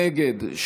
נגד,